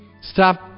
stop